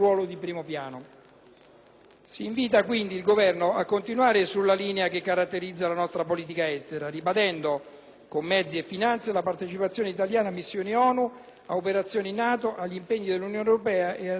Si invita, quindi, il Governo a continuare sulla linea che caratterizza la nostra politica estera, ribadendo, con mezzi e finanze, la partecipazione italiana a missioni ONU, a operazioni NATO, agli impegni dell'Unione europea e alle attività OSCE.